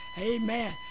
Amen